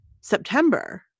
September